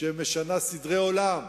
שמשנה סדרי עולם